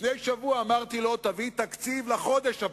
ולפני שבוע אמרתי לו: תביא תקציב לחודש הבא,